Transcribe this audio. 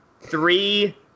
three